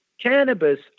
Cannabis